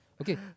Okay